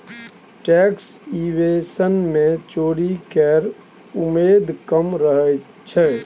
tax evasion मे चोरी केर उमेद कम रहय छै